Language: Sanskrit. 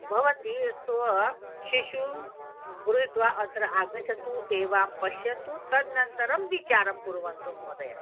भवती स्वशिशुं गृहित्वा अत्र आगच्छतु सेवां पश्यन्तु तदनन्तरं विचारं कुर्वन्तु महोदया